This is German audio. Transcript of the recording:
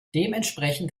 dementsprechend